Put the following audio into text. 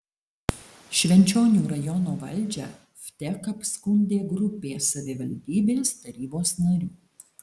švenčionių rajono valdžią vtek apskundė grupė savivaldybės tarybos narių